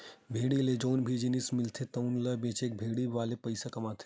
भेड़ी ले जउन भी जिनिस मिलथे तउन ल बेचके भेड़ी वाले पइसा कमाथे